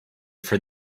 for